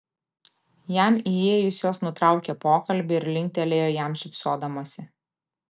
jam įėjus jos nutraukė pokalbį ir linktelėjo jam šypsodamosi